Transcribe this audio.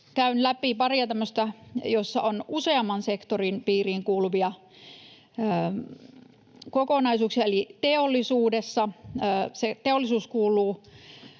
käyn läpi paria tämmöistä, joissa on useamman sektorin piiriin kuuluvia kokonaisuuksia. Teollisuus